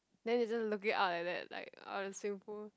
then is just looking up like that like out of the swimming pool